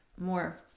more